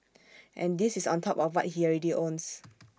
and this is on top of what he already owns